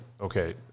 okay